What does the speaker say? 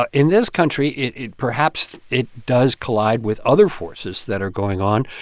ah in this country, it it perhaps it does collide with other forces that are going on.